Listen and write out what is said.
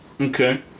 Okay